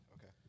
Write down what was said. Okay